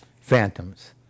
phantoms